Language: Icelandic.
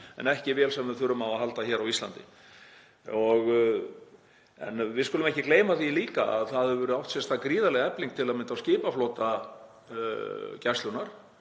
en ekki vél sem við þurfum á að halda hér á Íslandi. Við skulum ekki gleyma því líka að það hefur átt sér stað gríðarleg efling, til að mynda á skipaflota Gæslunnar.